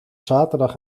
zaterdag